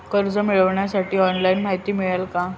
कर्ज मिळविण्यासाठी ऑनलाइन माहिती मिळेल का?